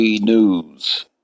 news